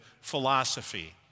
philosophy